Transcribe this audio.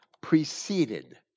preceded